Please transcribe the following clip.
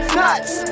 nuts